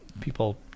people